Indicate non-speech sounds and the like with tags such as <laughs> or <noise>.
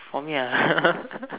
for me ah <laughs>